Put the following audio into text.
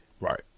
Right